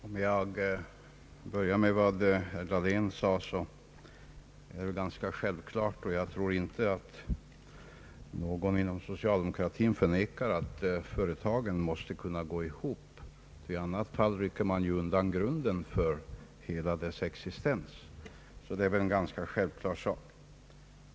Herr talman! Om jag börjar med herr Dahléns replik så är det ganska självklart att företagen måste kunna gå ihop, och jag tror inte att någon inom socialdemokratin har en annan uppfattning. Eljest rycker man ju undan hela grunden för de olika företagens existens.